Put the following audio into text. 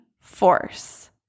force